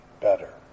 better